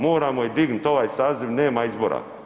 Moramo je digniti ovaj saziv, nema izbora.